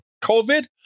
COVID